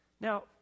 Now